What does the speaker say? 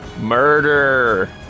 Murder